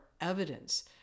evidence